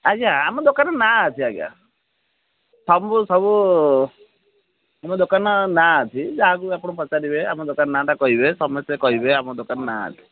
ଆଜ୍ଞା ଆମ ଦୋକାନର ନାଁ ଅଛି ଆଜ୍ଞା ସବୁ ସବୁ ଆମ ଦୋକାନର ନାଁ ଅଛି ଯାହାକୁ ବି ଆପଣ ପଚାରିବେ ଆମ ଦୋକାନ ନାଁ'ଟା କହିବେ ସମସ୍ତେ କହିବେ ଆମ ଦୋକାନର ନାଁ ଅଛି